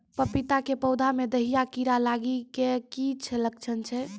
पपीता के पौधा मे दहिया कीड़ा लागे के की लक्छण छै?